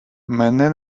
мене